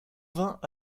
vingt